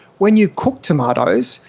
when you cook tomatoes,